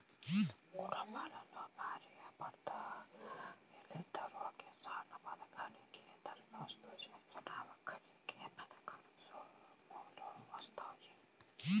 కుటుంబంలో భార్యా భర్తలిద్దరూ కిసాన్ పథకానికి దరఖాస్తు చేసినా ఒక్కరికే పథకం సొమ్ములు వత్తాయి